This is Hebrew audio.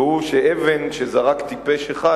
והוא שאבן שזרק טיפש אחד,